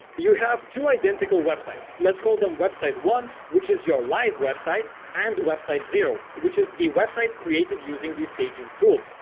you have two identical websites let's call them website one which is your live website and website zero which is a website created using this staging tool.